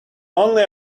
only